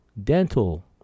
dental